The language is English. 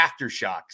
aftershocks